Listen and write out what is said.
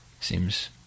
seems